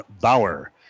Bauer